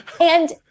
And-